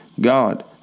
God